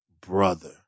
brother